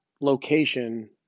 location